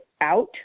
out